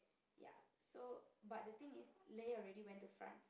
ya so but the thing is Lei already went to France